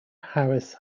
harris